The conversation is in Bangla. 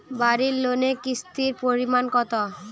বাড়ি লোনে কিস্তির পরিমাণ কত?